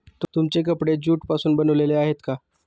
तुमचे कपडे ज्यूट पासून बनलेले आहेत का?